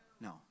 No